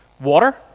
water